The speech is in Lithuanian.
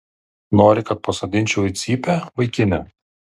nori kad pasodinčiau į cypę vaikine